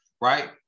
right